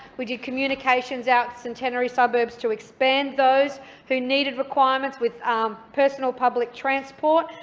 we did communications out centenary suburbs to expand those who needed requirements with personal public transport.